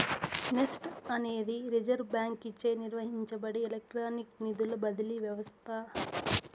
NEFT అనేది reserve బాంకీచే నిర్వహించబడే ఎలక్ట్రానిక్ నిధుల బదిలీ వ్యవస్త